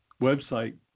website